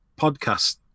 podcast